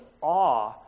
awe